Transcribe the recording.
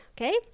okay